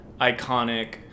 Iconic